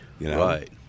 right